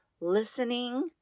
listening